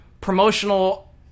promotional